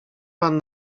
pan